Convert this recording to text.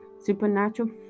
supernatural